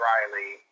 Riley